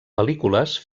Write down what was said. pel·lícules